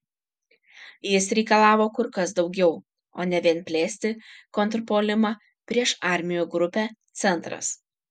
jis reikalavo kur kas daugiau o ne vien plėsti kontrpuolimą prieš armijų grupę centras